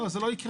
לא, זה לא יקרה.